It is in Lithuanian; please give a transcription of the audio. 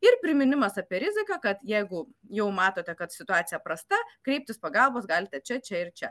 ir priminimas apie riziką kad jeigu jau matote kad situacija prasta kreiptis pagalbos galite čia čia ir čia